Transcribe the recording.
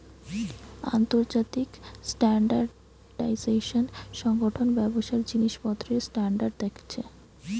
আন্তর্জাতিক স্ট্যান্ডার্ডাইজেশন সংগঠন ব্যবসার জিনিসপত্রের স্ট্যান্ডার্ড দেখছে